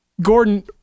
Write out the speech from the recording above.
Gordon